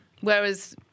Whereas